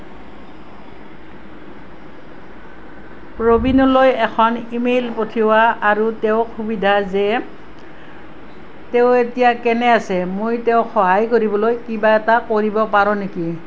প্ৰবীণলৈ এখন ইমেইল পঠিওৱা আৰু তেওঁক সুধিবা যে তেওঁ এতিয়া কেনে আছে মই তেওঁক সহায় কৰিবলৈ কিবা এটা কৰিব পাৰোঁ নেকি